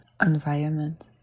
environment